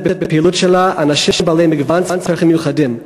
בפעילות שלה אנשים בעלי מגוון צרכים מיוחדים,